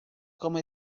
como